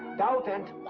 doubt and.